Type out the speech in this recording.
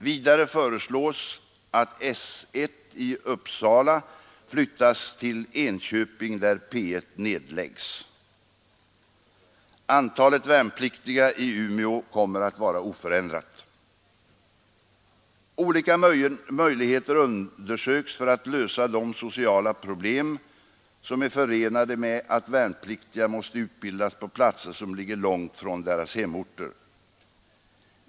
Vidare föreslås att S 1 i Uppsala flyttas till Enköping där P 1 nedläggs. Antalet värnpliktiga i Umeå kommer att vara oförändrat. Olika möjligheter undersöks för att lösa de sociala problem som är förenade med att värnpliktiga måste utbildas på platser som ligger långt från deras hemorter.